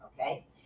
okay